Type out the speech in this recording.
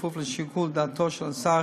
כפוף לשיקול דעתו של השר